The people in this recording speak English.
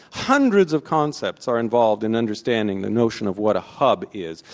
hundreds of concepts are involved in understanding the notion of what a hub is,